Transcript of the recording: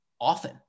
often